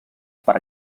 per